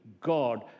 God